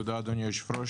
תודה, אדוני היושב-ראש.